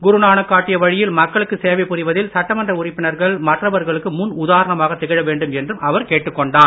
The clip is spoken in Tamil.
குருநானக் காட்டிய வழியில் மக்களுக்கு சேவை புரிவதில் சட்டமன்ற உறுப்பினர்கள் மற்றவர்களுக்கு முன் உதாரணமாக திகழ வேண்டும் என்றும் அவர் கேட்டுக்கொண்டார்